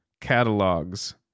catalogs